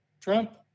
trump